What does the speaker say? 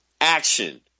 action